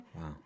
Wow